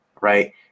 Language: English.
Right